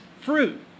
fruit